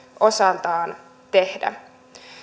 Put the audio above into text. osaltaan tehdä